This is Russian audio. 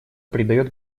придает